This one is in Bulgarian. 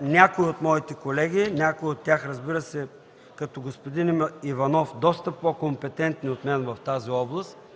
някои от моите колеги, някои от тях, например господин Иванов – доста по-компетентен от мен в тази област,